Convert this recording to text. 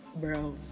Bro